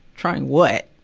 trying what?